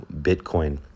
Bitcoin